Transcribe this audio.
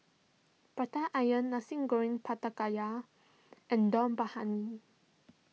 Prata Onion Nasi Goreng Pattaya and Dum Briyani